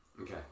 Okay